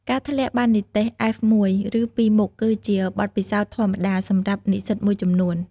ការធ្លាក់បាននិទ្ទេស (F) មួយ ឬពីរមុខ គឺជាបទពិសោធន៍ធម្មតាសម្រាប់និស្សិតមួយចំនួន។